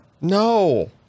No